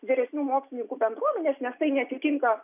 vyresnių mokslininkų bendruomenės nes tai neatitinka